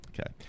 Okay